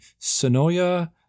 Sonoya